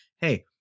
Hey